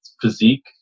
physique